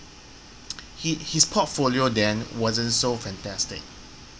he his portfolio then wasn't so fantastic